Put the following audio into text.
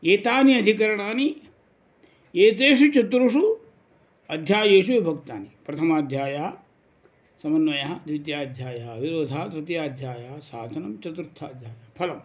एतानि अधिकरणानि एतेषु चतुर्षु अध्यायेषु विभक्तानि प्रथमाध्यायः समन्वयः द्वितीयाध्यायः अविरोधः तृतीयाध्यायः साधनं चतुर्थाध्यायः फलम्